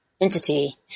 entity